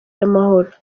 y’amahoro